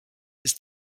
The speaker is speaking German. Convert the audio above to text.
ist